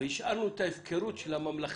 והשארנו את ההפקרות של הממלכתי,